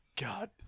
God